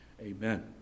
Amen